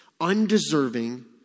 undeserving